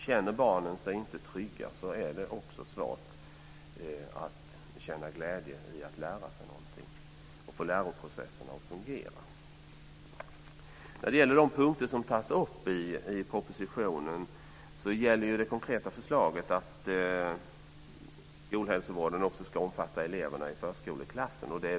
Känner barnen sig inte trygga är det också svårt för dem att känna glädje i att lära sig någonting och att få läroprocesserna att fungera. Ett konkret förslag i propositionen gäller att skolhälsovården också ska omfatta eleverna i förskoleklassen.